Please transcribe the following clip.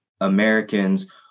Americans